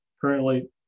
currently